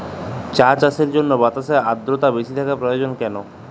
চা চাষের জন্য বাতাসে আর্দ্রতা বেশি থাকা প্রয়োজন কেন?